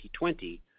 2020